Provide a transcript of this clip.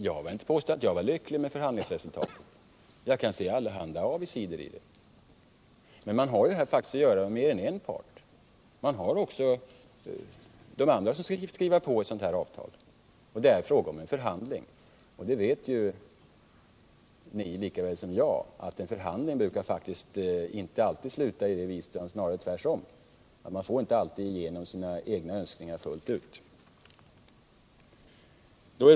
Jag vill inte påstå att jag var lycklig över förhandlingsresultatet — jag kan se allehanda avigsidor i det — men man har faktiskt här att göra med mer än en part. Företrädarna för den andra sidan skall också skriva under avtalet. Det är fråga om en förhandling, och ni vet lika väl som jag att en förhandling faktiskt inte alltid brukar sluta så att man får igenom sina egna önskningar fullt ut — snarare tvärtom.